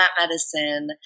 medicine